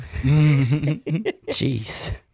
Jeez